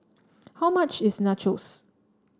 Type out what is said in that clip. how much is Nachos